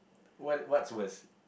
what what's worst